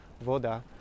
Voda